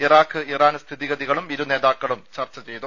Iraq Iran സ്ഥിതിഗതികളും ഇരുനേതാക്കളും ചർച്ച ചെയ്തു